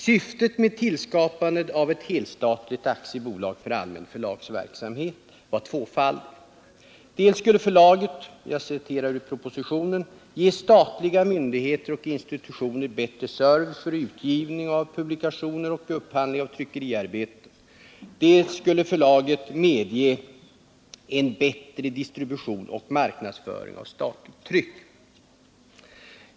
Syftet med tillskapandet av ett helstatligt aktiebolag för allmän förlagsverksamhet var tvåfaldigt. Dels skulle förlaget, enligt propositionen, ”ge statliga myndigheter och institutioner bättre service för utgivning av publikationer och upphandling av tryckeriarbeten”, dels skulle förlaget medge ”en bättre distribution och marknadsföring av statligt tryck”.